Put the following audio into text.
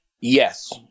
Yes